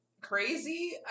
crazy